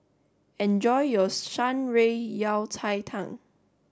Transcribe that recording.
enjoy your Shan Rui Yao Cai Tang